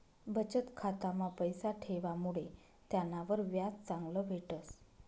बचत खाता मा पैसा ठेवामुडे त्यानावर व्याज चांगलं भेटस